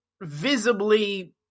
visibly